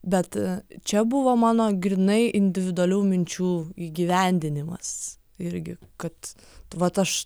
bet čia buvo mano grynai individualių minčių įgyvendinimas irgi kad vat aš